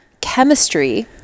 chemistry